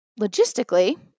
logistically